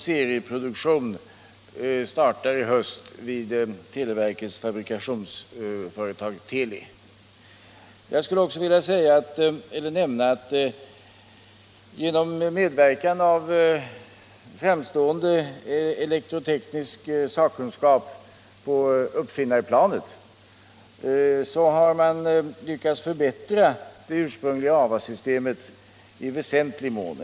Serieproduktion startar i höst vid televerkets fabrikationsföretag Teli. Jag skulle också vilja nämna att man genom medverkan av framstående elektroteknisk sakkunskap på uppfinnarplanet lyckats förbättra det ursprungliga AWA-systemet i väsentlig mån.